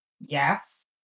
Yes